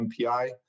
MPI